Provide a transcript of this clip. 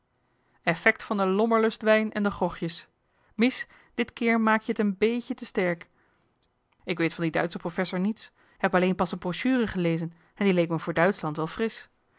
effect van de lommerlust wijn en de grogjes mies dit keer maakte je t een béétje te sterk ik weet van die duitsche professor niets heb alleen pas een brochure gelezen en die leek me voor duitschland wel frisch